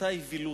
אותה אווילות.